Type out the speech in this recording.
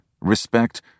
respect